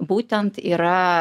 būtent yra